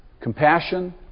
compassion